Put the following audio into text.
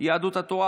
סיעת יהדות התורה,